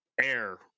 air